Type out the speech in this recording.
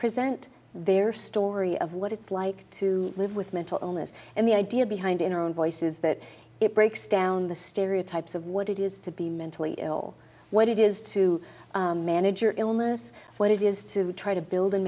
present their story of what it's like to live with mental illness and the idea behind in our own voice is that it breaks down the stereotypes of what it is to be mentally ill what it is to manage your illness what it is to try to build and